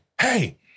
hey